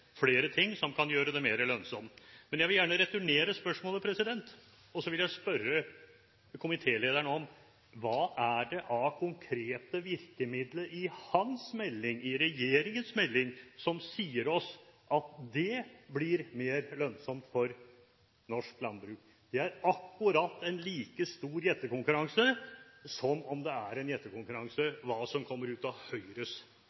flere ting som kan gjøre det mer lønnsomt. Men jeg vil gjerne returnere spørsmålet. Jeg vil spørre komitélederen om hva det er av konkrete virkemidler i hans melding, i regjeringens melding, som sier oss at det blir mer lønnsomt for norsk landbruk. Det er en akkurat like stor gjettekonkurranse som det er en gjettekonkurranse om hva som kommer ut av Høyres